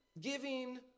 Giving